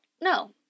No